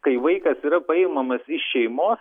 kai vaikas yra paimamas iš šeimos